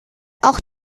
auch